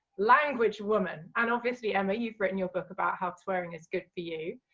language woman, and obviously emma you've written your book about how it's wearing is good for you,